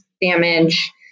damage